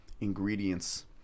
ingredients